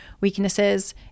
weaknesses